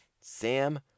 Sam